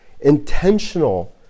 intentional